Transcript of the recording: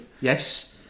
Yes